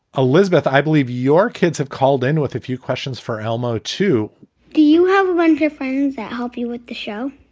elizabeth, i believe your kids have called in with a few questions for elmo, too do you have and friends that help you with the show?